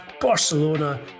Barcelona